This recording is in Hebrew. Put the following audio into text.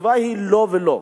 התשובה היא לא ולא.